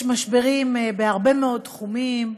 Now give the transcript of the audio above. יש משברים בהרבה מאוד תחומים,